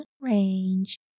range